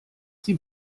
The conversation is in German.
sie